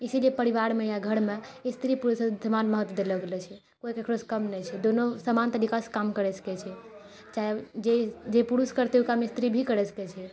इसीलिये परिवारमे या घरमे स्त्री पुरुष र समान महत्त्व देलो गेलो छै कोइ केकरोसऽ कम नै छै दुनू समान तरीकासऽ काम करय सकै छै चाहे जे पुरुष करतै ऊ काम स्त्री भी करय सकै छै